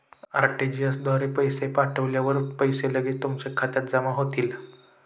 RTGS द्वारे पैसे पाठवल्यावर पैसे लगेच तुमच्या खात्यात जमा होतील